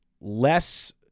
less